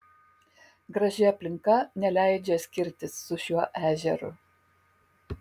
graži aplinka neleidžia skirtis su šiuo ežeru